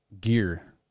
gear